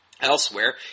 Elsewhere